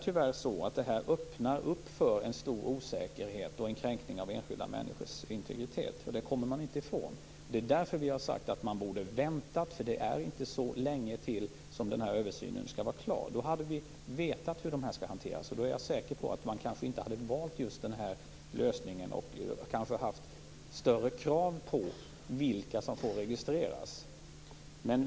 Förslaget öppnar tyvärr för en stor osäkerhet och för en kränkning av enskilda människors integritet. Det kommer man inte ifrån. Det är därför vi har sagt att man borde ha väntat. Det är inte så lång tid till dess att översynen skall vara klar. Hade vi väntat till dess hade vi vetat hur frågorna skulle hanteras. Jag är säker på att man då inte hade valt denna lösning och att man hade haft större krav på vilka som får registreras.